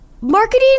marketing